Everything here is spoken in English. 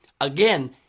again